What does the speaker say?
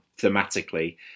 thematically